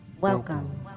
Welcome